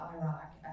Iraq